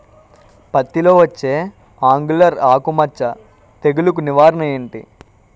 పత్తి లో వచ్చే ఆంగులర్ ఆకు మచ్చ తెగులు కు నివారణ ఎంటి?